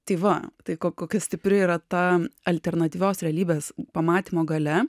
tai va tai kokia stipri yra ta alternatyvios realybės pamatymo galia